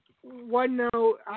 one-note